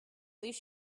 least